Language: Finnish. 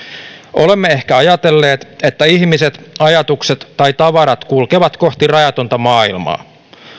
olemme ehkä ajatelleet että ihmiset ajatukset tai tavarat kulkevat kohti rajatonta maailmaa